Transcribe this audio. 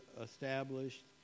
established